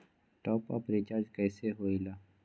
Top up recharge कइसे होएला?